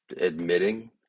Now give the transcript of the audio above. admitting